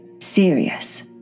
serious